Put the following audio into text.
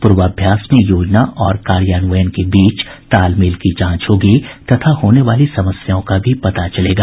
पूर्वाभ्यास में योजना और कार्यान्वयन के बीच तालमेल की जांच होगी तथा होने वाली समस्याओं का भी पता चलेगा